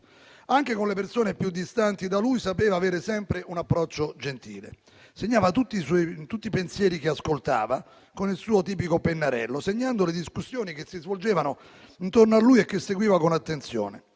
Anche con le persone più distanti da lui sapeva avere sempre un approccio gentile. Segnava tutti i pensieri che ascoltava; con il suo tipico pennarello, annotando le discussioni che si svolgevano intorno a lui e che seguiva con attenzione.